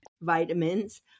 vitamins